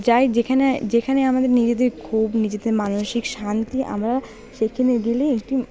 যাই যেখানে যেখানে আমাদের নিজেদের ক্ষোভ নিজেদের মানসিক শান্তি আমরা সেখানে গেলে এটি